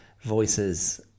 voices